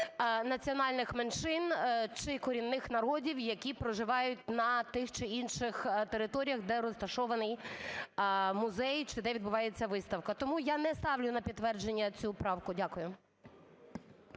національних меншин чи корінних народів, які проживають на тих чи інших територіях, де розташований музей, чи де відбувається виставка. Тому я не ставлю на підтвердження цю правку. Дякую.